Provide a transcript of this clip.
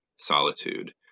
solitude